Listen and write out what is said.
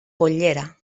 pollera